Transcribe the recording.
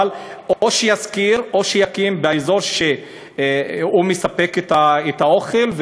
אבל או שישכור או שיקים באזור שבו הוא מספק את האוכל,